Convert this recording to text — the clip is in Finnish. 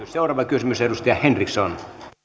seuraava kysymys edustaja henriksson